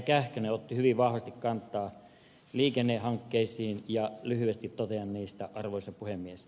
kähkönen otti hyvin vahvasti kantaa liikennehankkeisiin ja lyhyesti totean niistä arvoisa puhemies